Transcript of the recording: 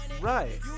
Right